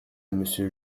monsieur